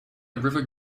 river